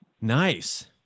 Nice